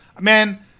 man